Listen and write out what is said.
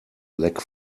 lack